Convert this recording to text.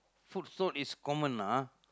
food sold is common lah